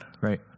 Right